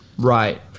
Right